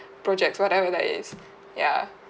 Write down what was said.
projects whatever that is ya